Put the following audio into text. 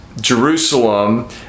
jerusalem